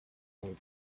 new